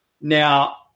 Now